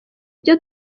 byo